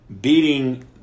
beating